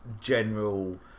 general